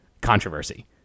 controversy